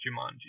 Jumanji